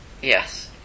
Yes